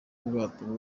ubwato